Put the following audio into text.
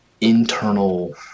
internal